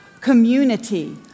community